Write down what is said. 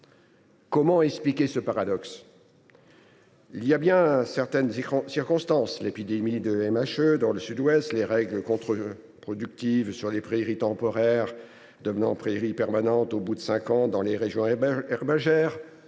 Comment expliquer ce paradoxe ? Il y a bien certaines circonstances : l’épidémie de maladie hémorragique épizootique (MHE) dans le Sud Ouest, les règles contre productives sur les prairies temporaires devenant prairies permanentes au bout de cinq ans dans les régions herbagères,